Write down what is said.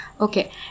Okay